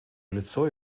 лицо